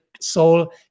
soul